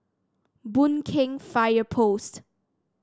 Boon Keng Fire Post